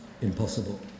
impossible